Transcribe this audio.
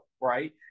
right